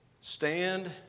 stand